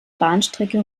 bahnstrecke